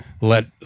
let